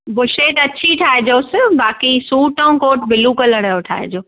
बूशेट अछी ठाहिजोसि बाकी सूट अऊं कोट ब्लू कलर जो ठाहिजो